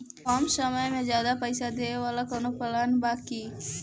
कम समय में ज्यादा पइसा देवे वाला कवनो प्लान बा की?